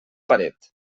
paret